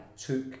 took